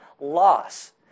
loss